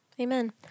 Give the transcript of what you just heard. Amen